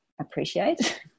appreciate